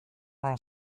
are